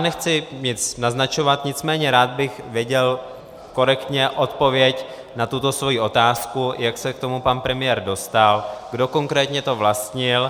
Nechci nic naznačovat, nicméně rád bych korektně věděl odpověď na tuto svou otázku, jak se k tomu pan premiér dostal, kdo konkrétně to vlastnil.